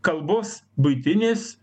kalbos buitinis